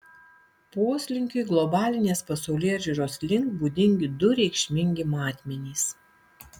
poslinkiui globalinės pasaulėžiūros link būdingi du reikšmingi matmenys